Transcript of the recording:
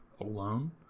alone